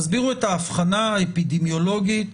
תסבירו את ההבחנה האפידמיולוגית,